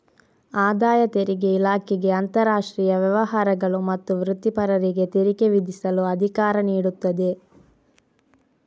ಆದಾಯ ತೆರಿಗೆ ಇಲಾಖೆಗೆ ಅಂತರಾಷ್ಟ್ರೀಯ ವ್ಯವಹಾರಗಳು ಮತ್ತು ವೃತ್ತಿಪರರಿಗೆ ತೆರಿಗೆ ವಿಧಿಸಲು ಅಧಿಕಾರ ನೀಡುತ್ತದೆ